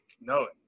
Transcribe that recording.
no